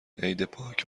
عیدپاک